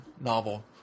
novel